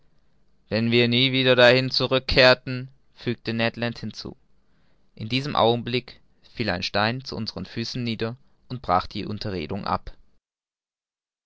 wenn wir nie wieder dahin zurück kehrten fügte ned land hinzu in diesem augenblick fiel ein stein zu unseren füßen nieder und brach die unterredung ab